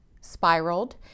spiraled